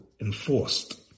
enforced